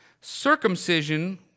circumcision